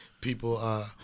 people